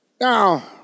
Now